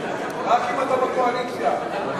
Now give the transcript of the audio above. רק אם אתה בקואליציה.